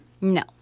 No